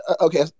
okay